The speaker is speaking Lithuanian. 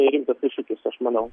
tai rimtas iššūkis aš manau